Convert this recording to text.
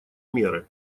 меры